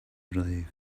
relieved